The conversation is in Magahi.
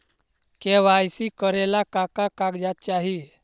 के.वाई.सी करे ला का का कागजात चाही?